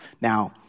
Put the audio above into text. now